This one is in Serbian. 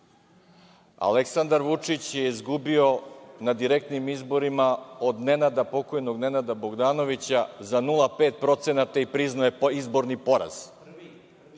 Aleksandar Vučić je izgubio na direktnim izborima od pokojnoj Nenada Bogdanovića za 0,5% i priznao je izborni poraz.